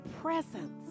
presence